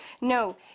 No